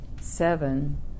seven